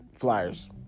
Flyers